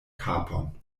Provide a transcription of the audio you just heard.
kapon